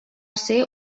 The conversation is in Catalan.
ser